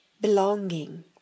belonging